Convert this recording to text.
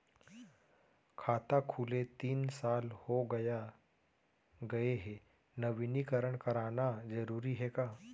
खाता खुले तीन साल हो गया गये हे नवीनीकरण कराना जरूरी हे का?